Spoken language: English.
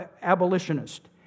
abolitionist